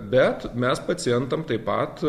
bet mes pacientam taip pat